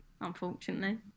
unfortunately